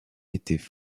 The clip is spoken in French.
étaient